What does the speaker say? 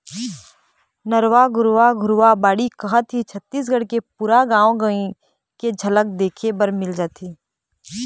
नरूवा, गरूवा, घुरूवा, बाड़ी कहत ही छत्तीसगढ़ के पुरा गाँव गंवई के झलक देखे बर मिल जाथे